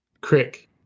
Crick